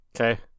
Okay